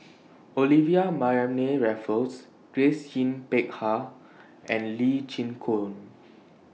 Olivia Mariamne Raffles Grace Yin Peck Ha and Lee Chin Koon